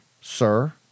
sir